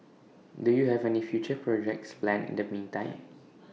do you have any future projects planned in the meantime